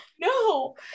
No